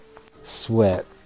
sweat